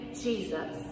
Jesus